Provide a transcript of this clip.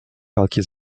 walki